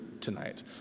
tonight